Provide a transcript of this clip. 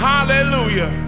Hallelujah